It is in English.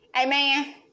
Amen